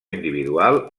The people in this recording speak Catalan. individual